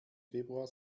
februar